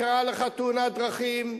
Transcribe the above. קרתה לך תאונת דרכים,